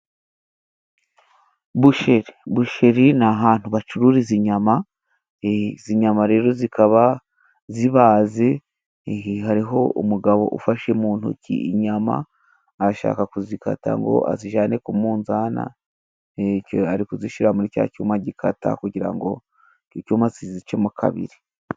Busheri. Busheri ni ahantu bacururiza inyama, izi nyama rero zikaba zibaze, hariho umugabo ufashe mu ntoki inyama, arashaka kuzikata ngo azijyane ku munzani, ari kuzishyira muri cya cyuma gikata kugira ngo icyuma kizicemo kabiri.